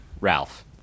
Ralph